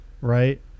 Right